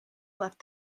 left